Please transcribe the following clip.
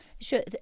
Sure